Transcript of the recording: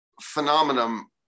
phenomenon